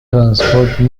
transport